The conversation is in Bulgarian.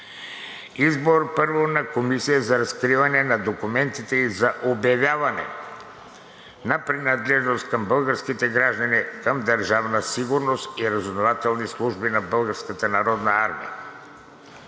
Избор, първо, на Комисия за разкриване на документи и за обявяване на принадлежност на българските граждани към Държавна сигурност и разузнавателните служби на